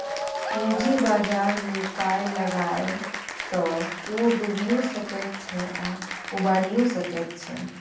पूंजी बाजारमे पाय लगायब तए ओ डुबियो सकैत छै आ उबारियौ सकैत छै